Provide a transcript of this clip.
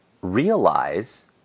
realize